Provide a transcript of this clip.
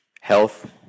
health